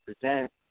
present